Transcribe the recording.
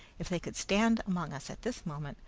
if they could stand among us at this moment,